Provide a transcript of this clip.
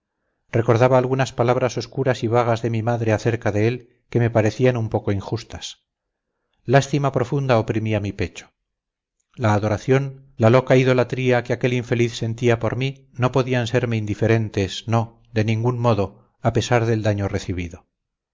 recordaba algunas palabras oscuras y vagas de mi madre acerca de él que me parecían un poco injustas lástima profunda oprimía mi pecho la adoración la loca idolatría que aquel infeliz sentía por mí no podían serme indiferentes no de ningún modo a pesar del daño recibido